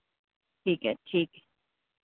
ठीक ऐ ठीक